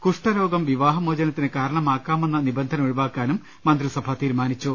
കുഷ്ഠരോഗം വിവാഹമോചനത്തിന് കാരണമാക്കാമെന്ന നിബന്ധന ഒഴിവാക്കാനും മന്ത്രി സഭ തീരുമാനിച്ചു